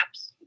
apps